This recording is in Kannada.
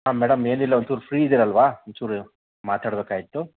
ಹಾಂ ಮೇಡಮ್ ಏನಿಲ್ಲ ಒಂಚೂರು ಫ್ರೀ ಇದ್ದೀರಲ್ವಾ ಒಂಚೂರು ಮಾತಾಡಬೇಕಾಗಿತ್ತು